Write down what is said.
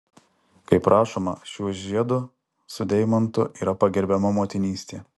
kaip rašoma šiuo žiedu su deimantu yra pagerbiama motinystė